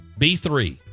B3